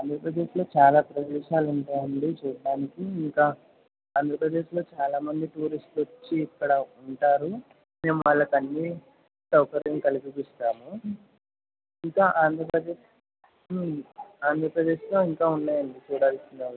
ఆంధ్రప్రదేశ్లో చాలా ప్రదేశాలు ఉంటాయండీ చూడటానికి ఇంకా ఆంధ్రప్రదేశ్లో చాలా మంది టూరిస్టులు వచ్చి ఇక్కడ ఉంటారు మేము వాళ్ళకి అన్నీ సౌకర్యం కల్పిస్తాము ఇంకా ఆంధ్రప్రదేశ్ ఆంధ్రప్రదేశ్లో ఇంకా ఉన్నాయండి చూడాల్సినవి